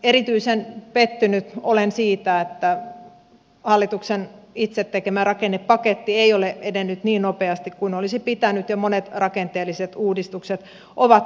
erityisen pettynyt olen siihen että hallituksen itse tekemä rakennepaketti ei ole edennyt niin nopeasti kuin olisi pitänyt ja monet rakenteelliset uudistukset ovat takunneet